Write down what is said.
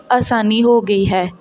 ਅਸਾਨੀ ਹੋ ਗਈ ਹੈ